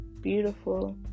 beautiful